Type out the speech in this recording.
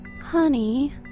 Honey